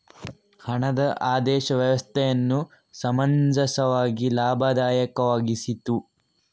ಹಣದ ಆದೇಶ ವ್ಯವಸ್ಥೆಯನ್ನು ಸಮಂಜಸವಾಗಿ ಲಾಭದಾಯಕವಾಗಿಸಿತು